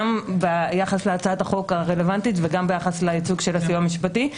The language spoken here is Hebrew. גם ביחס להצעת החוק הרלוונטית וגם ביחס לייצוג של הסיוע המשפטי.